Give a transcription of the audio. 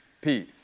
peace